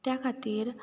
त्या खातीर